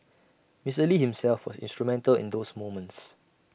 Mister lee himself was instrumental in those moments